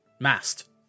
mast